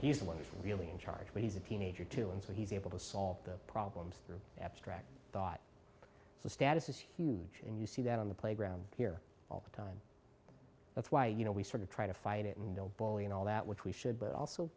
he's the one who's really in charge but he's a teenager too and so he's able to solve the problems abstract thought status is huge and you see that on the playground here all the time that's why you know we sort of try to fight it and don't bully and all that which we should but also